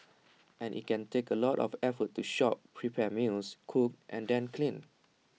and IT can take A lot of effort to shop prepare meals cook and then clean